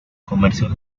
comercios